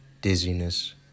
dizziness